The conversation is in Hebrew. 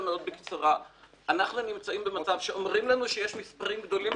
הנושא שמונח כאן לפתחנו,